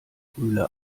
rühle